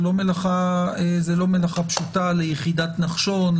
זה לא מלאכה פשוטה ליחידת נחשון,